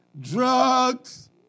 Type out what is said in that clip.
drugs